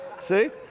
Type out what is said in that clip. See